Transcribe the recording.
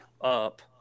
up